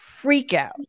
freakout